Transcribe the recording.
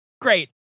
great